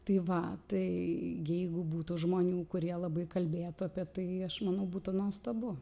tai va tai jeigu būtų žmonių kurie labai kalbėtų apie tai aš manau būtų nuostabu